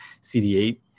CD8